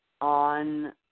on